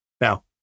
Now